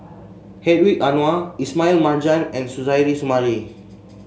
Hedwig Anuar Ismail Marjan and Suzairhe Sumari